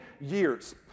years